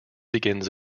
begins